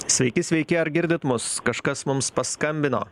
sveiki sveiki ar girdit mus kažkas mums paskambino